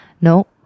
No